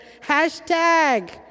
hashtag